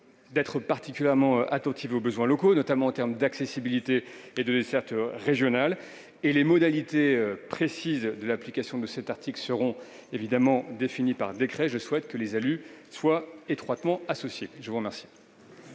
d'être particulièrement attentive aux besoins locaux, notamment en termes d'accessibilité et de desserte régionale. Les modalités précises de l'application de cet article seront définies par décret. Je souhaite que les élus y soient étroitement associés. La parole